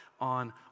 on